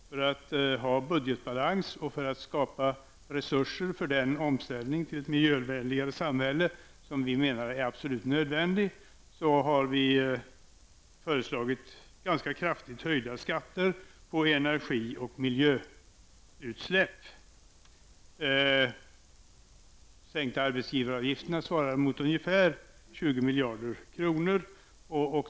För att få budgetbalans och skapa resurser för den omställning till ett miljövänligare samhälle som vi menar är absolut nödvändig har vi föreslagit ganska kraftigt höjda skatter på energi och miljöfarliga utsläpp. De sänkta arbetsgivaravgifterna innebär ungefär 20 miljarder kronor.